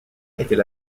était